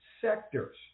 sectors